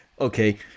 Okay